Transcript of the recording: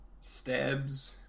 stabs